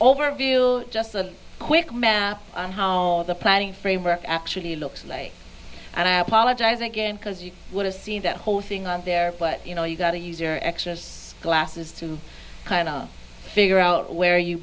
overview just a quick math on how the planning framework actually looks like and i apologize again because you would have seen that whole thing on there but you know you got to use your exercise glasses to kind of figure out where you